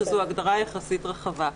שזו הגדרה יחסית רחבה.